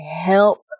help